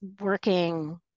working